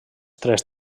tres